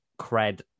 cred